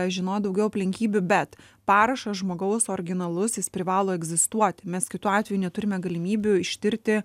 žinot daugiau aplinkybių bet parašas žmogaus originalus jis privalo egzistuot mes kitu atveju neturime galimybių ištirti